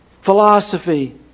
philosophy